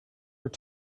were